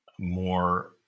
more